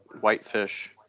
whitefish